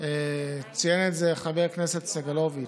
וציין את זה חבר הכנסת סגלוביץ',